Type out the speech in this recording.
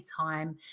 time